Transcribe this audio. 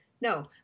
No